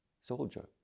soldier